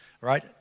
right